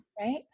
right